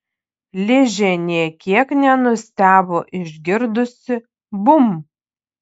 ližė nė kiek nenustebo išgirdusi bum